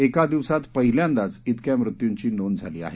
एका दिवसात पहिल्यांदाच इतक्या मृत्युंची नोंद झाली आहे